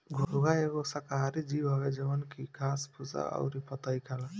घोंघा एगो शाकाहारी जीव हवे जवन की घास भूसा अउरी पतइ खाला